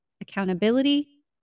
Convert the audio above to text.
accountability